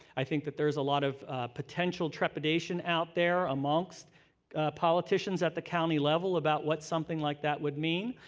i think that there's a lot of potential reputation out there amongst politicians at the county level about what something like that would mean.